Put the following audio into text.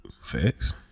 Facts